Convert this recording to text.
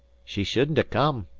she shouldn't ha' come.